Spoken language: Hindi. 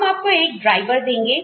हम आपको एक ड्राइवर देंगे